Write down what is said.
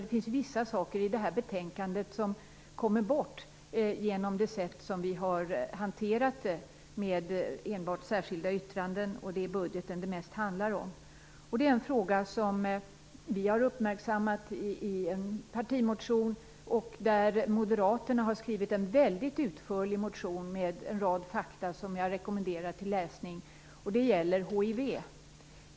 Det finns vissa saker i betänkandet som kommer bort genom det sätt på vilket detta har hanterats, med enbart särskilda yttranden och genom att det mest har handlat om budgeten. Moderaterna har också skrivit en väldigt utförlig motion i frågan med en rad fakta som jag rekommenderar till läsning. Det gäller hiv.